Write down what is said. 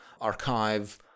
archive